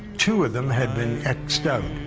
two of them had been